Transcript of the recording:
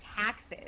taxes